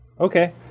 Okay